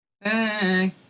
Hey